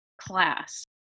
class